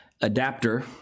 adapter